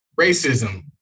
Racism